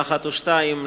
במלה אחת או שתיים,